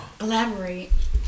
Elaborate